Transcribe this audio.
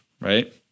right